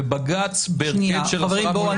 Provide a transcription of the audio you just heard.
ובג"ץ בהרכב של עשרה מול אחד,